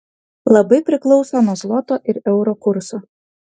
labai priklauso nuo zloto ir euro kurso